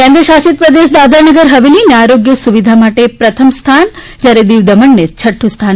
કેન્દ્ર શાસિત પ્રદેશ દાદરાનગર હવેલીને આરોગ્ય સુવિધા માટે પ્રથમ સ્થાન જૂચારે દીવ દમણને છફ સ્થાન